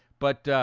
but